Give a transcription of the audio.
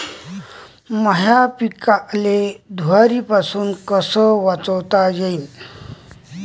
माह्या पिकाले धुयारीपासुन कस वाचवता येईन?